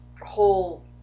whole